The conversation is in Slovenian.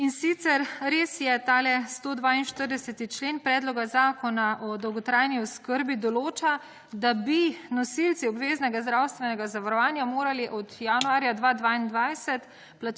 In sicer res je ta 142. člen Predloga Zakona o dolgotrajni oskrbi določa, da bi nosilci obveznega zdravstvenega zavarovanja morali od januarja 2022